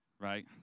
right